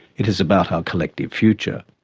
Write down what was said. it is about our collective future.